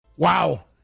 Wow